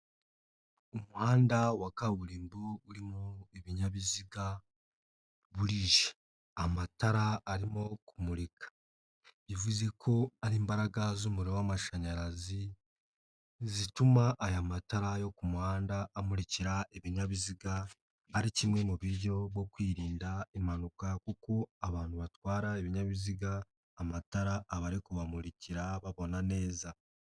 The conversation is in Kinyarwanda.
Umuhanda wa kaburimbo urimo ibinyabiziga burije, amatara arimo kumurika, bivuze ko ari imbaraga z'umuriro w'amashanyarazi zituma aya matara yo ku muhanda amurikira ibinyabiziga ari kimwe mu buryo bwo kwirinda impanuka kuko abantu batwara ibinyabiziga amatara aba ari kubamurikira babona neza.